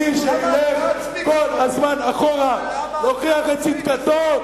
מי שילך כל הזמן אחורה להוכיח את צדקתו,